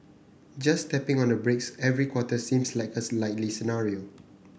just tapping on the brakes every quarter seems like a likely scenario